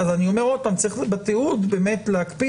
אבל אני אומר עוד פעם, צריך בתיעוד באמת להקפיד.